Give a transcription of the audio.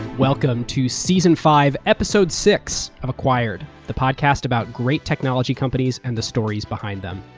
welcome to season five episode six of acquired, the podcast about great technology companies, and the stories behind them.